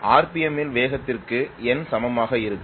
rpm இல் வேகத்திற்கு n சமமாக இருக்கும்